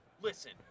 Listen